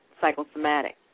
psychosomatic